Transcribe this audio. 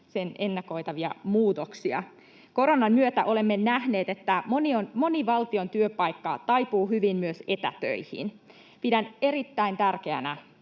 sen ennakoitavia muutoksia. Koronan myötä olemme nähneet, että moni valtion työpaikka taipuu hyvin myös etätöihin. Pidän erittäin tärkeänä,